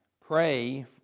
pray